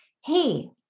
hey